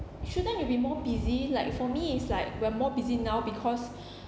shouldn't you be more busy like for me it's like we're more busy now because